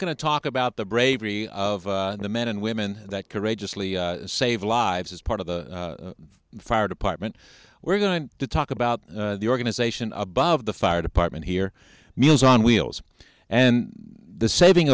going to talk about the bravery of the men and women that courageously save lives as part of the fire department we're going to talk about the organization above the fire department here meals on wheels and the saving